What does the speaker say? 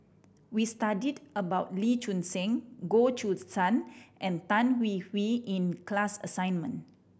we studied about Lee Choon Seng Goh Choo San and Tan Hwee Hwee in class assignment